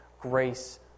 grace